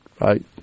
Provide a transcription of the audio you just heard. right